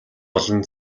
олон